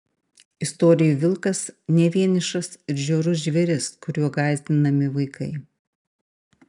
istorijų vilkas ne vienišas ir žiaurus žvėris kuriuo gąsdinami vaikai